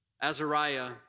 Azariah